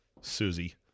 Susie